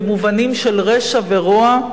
במובנים של רשע ורוע,